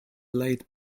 light